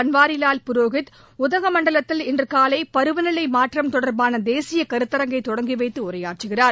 பன்வாரிலால் புரோஹித் உதகமண்டலத்தில் இன்று காலை பருவநிலை மாற்றம் தொடர்பான தேசிய கருத்தரங்கை தொடங்கி வைத்து உரையாற்றுகிறார்